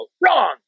wrong